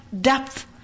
depth